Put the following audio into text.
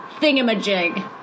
thingamajig